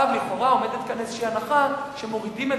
לכאורה עומדת כאן איזו הנחה שמורידים את